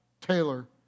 Taylor